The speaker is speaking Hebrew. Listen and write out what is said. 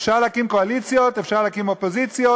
אפשר להקים קואליציות, אפשר להקים אופוזיציות,